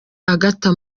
agatha